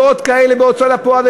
ועוד כאלה בהוצאה לפועל,